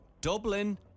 Dublin